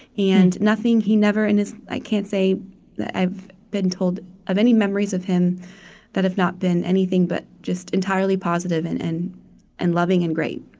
and nothing he never and i can't say that i've been told of any memories of him that have not been anything but just entirely positive and and and loving and great